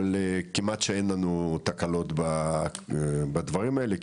אבל כמעט שאין לנו תקלות בדברים האלה,